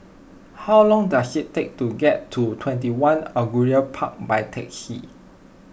how long does it take to get to twenty one Angullia Park by taxi